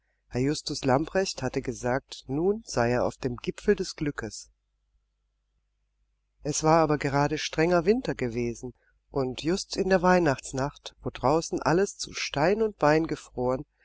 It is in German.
herr justus lamprecht hatte gesagt nun sei er auf dem gipfel des glückes es war aber gerade strenger winter gewesen und just in der weihnachtsnacht wo draußen alles zu stein und bein gefroren